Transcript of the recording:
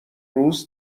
روز